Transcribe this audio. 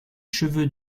cheveux